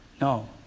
No